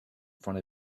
front